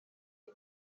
ari